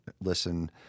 listen